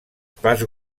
pas